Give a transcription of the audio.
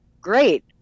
great